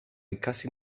ikasi